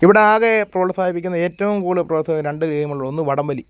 ഇവിടാകെ പ്രോത്സാഹിപ്പിക്കുന്ന ഏറ്റവും കൂടുതൽ പ്രോത്സാഹിപ്പിക്കുന്ന രണ്ട് ഗെയിമുകളിൽ ഒന്ന് വടംവലി